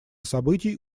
событий